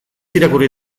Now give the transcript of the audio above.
irakurri